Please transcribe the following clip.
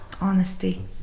honesty